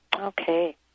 Okay